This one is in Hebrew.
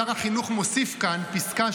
שר החינוך מוסיף כאן פסקה,